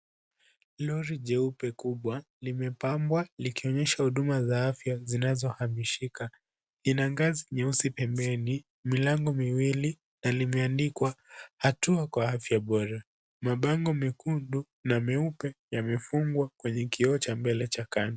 Lori jeupe kubwa limepambwa likionyesha huduma za afya zinazohamishika, ina ngazi nyeusi pembeni, milango miwili na limeandikwa hatua kwa afya bora. Mabango mekundu na meupe yamefungwa kwenye kioo cha mbele cha kando.